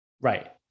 right